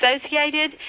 associated